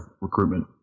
recruitment